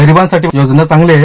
गरिबांसाठी ही योजना चांगली आहे